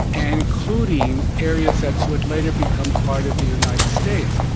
and including areas that would later become part of the united states.